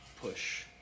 push